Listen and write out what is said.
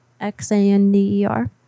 X-A-N-D-E-R